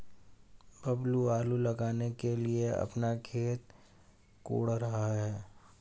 बबलू आलू लगाने के लिए अपना खेत कोड़ रहा है